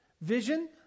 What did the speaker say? Vision